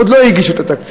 עוד לא הגישו את התקציב.